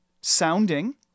sounding